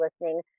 listening